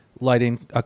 lighting